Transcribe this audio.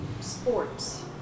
sports